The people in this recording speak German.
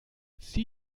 sie